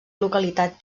localitat